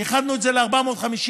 ואיחדנו את זה ל-450,